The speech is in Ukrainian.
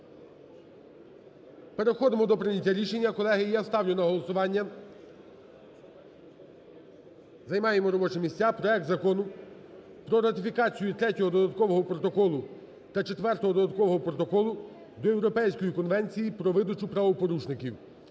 Переходимо до прийняття рішення, колеги. І я ставлю на голосування, займаємо робочі місця, проект Закону про ратифікацію Третього додаткового протоколу та Четвертого додаткового протоколу до Європейської конвенції про видачу правопорушників